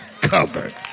covered